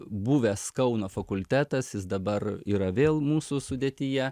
buvęs kauno fakultetas is dabar yra vėl mūsų sudėtyje